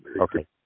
okay